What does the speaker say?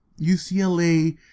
UCLA